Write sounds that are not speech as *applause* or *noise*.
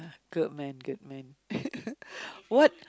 good man good man *laughs* what